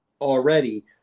already